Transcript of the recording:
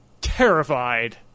terrified